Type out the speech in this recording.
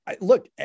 look